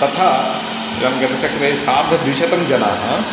तथा इदं गतचक्रे सार्धद्विशतं जनाः